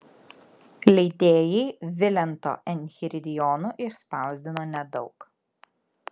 leidėjai vilento enchiridionų išspausdino nedaug